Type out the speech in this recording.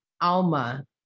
Alma